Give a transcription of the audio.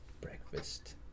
Breakfast